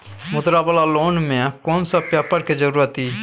मुद्रा वाला लोन म कोन सब पेपर के जरूरत इ?